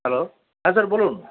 hello হ্যাঁ sir বলুন